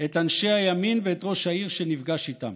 את אנשי הימין ואת ראש העיר שנפגש איתם.